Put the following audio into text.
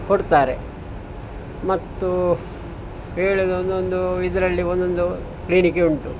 ಕೊಡ್ತಾರೆ ಮತ್ತು ಹೇಳುದ್ ಒಂದೊಂದು ಇದರಲ್ಲಿ ಒಂದೊಂದು ಕ್ಲೀನಿಕ್ ಉಂಟು